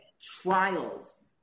trials